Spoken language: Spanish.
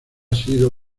sido